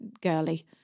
girly